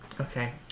Okay